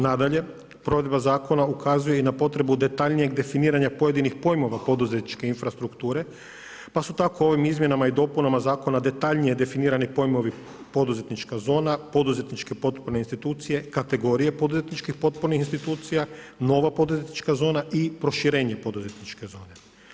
Nadalje provedba zakona ukazuje i na potrebu detaljnijeg definiranja pojedinih pojmova poduzetničke infrastrukture pa su tako ovim izmjenama i dopunama zakona detaljnije definirani pojmovi poduzetnička zona, poduzetničke potporne institucije, kategorije poduzetničkih potpornih institucija, nova poduzetnička zona i proširenje poduzetničke zone.